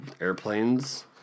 airplanes